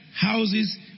houses